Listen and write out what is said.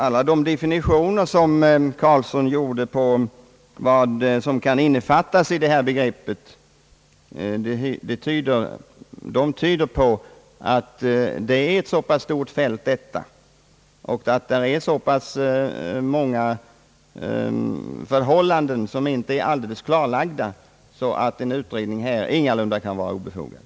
Alla definitioner som herr Karlsson gav i fråga om vad som innefattas i begreppet företagsdemokrati tycker jag tyder på att vi här har att göra med ett så pass stort fält och så pass många förhållanden som inte är helt klarlagda, att en utredning ingalunda kan vara obefogad.